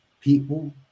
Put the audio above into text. people